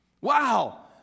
Wow